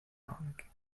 young